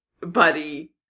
Buddy